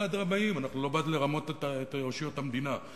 אנחנו לא בעד לרמות את רשויות המדינה.